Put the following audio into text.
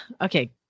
okay